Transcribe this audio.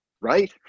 right